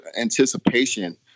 anticipation